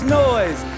noise